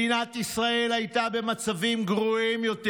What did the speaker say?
מדינת ישראל הייתה במצבים גרועים יותר,